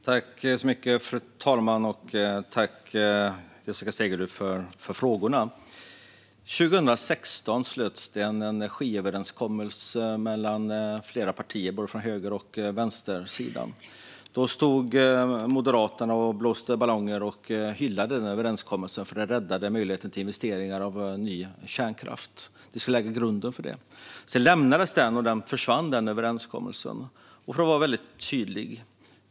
Fru talman! Jag tackar Jessica Stegrud för frågorna. År 2016 slöts en energiöverenskommelse mellan flera partier från höger och vänstersidan. Då stod Moderaterna och blåste ballonger och hyllade överenskommelsen eftersom den räddade möjligheten till investeringar i ny kärnkraft. Sedan försvann överenskommelsen. Låt mig vara tydlig.